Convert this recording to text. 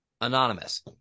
Anonymous